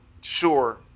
sure